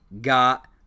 got